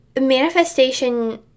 manifestation